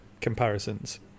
comparisons